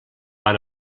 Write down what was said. van